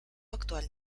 actual